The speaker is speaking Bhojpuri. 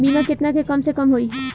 बीमा केतना के कम से कम होई?